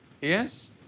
Yes